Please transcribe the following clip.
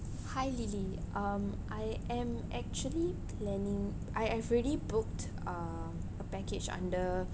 hi lily um I am actually planning I I've already booked uh a package under